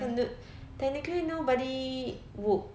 so the technically nobody would